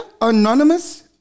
Anonymous